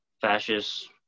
fascist